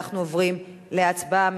אנחנו עוברים להצבעה.